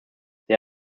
they